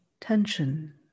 tension